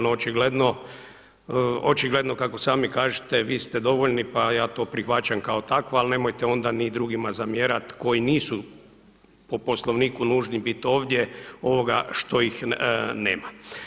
No očigledno, kako sami kažete, vi ste dovoljni, pa ja to prihvaćam kao tako, ali nemojte onda ni drugima zamjerat koji nisu po Poslovniku nužni biti ovdje, što ih nema.